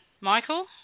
Michael